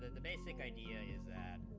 the basic idea is that